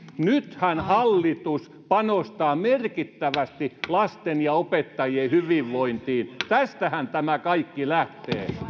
nythän hallitus panostaa merkittävästi lasten ja opettajien hyvinvointiin tästähän tämä kaikki lähtee